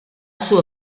suo